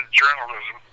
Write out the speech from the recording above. journalism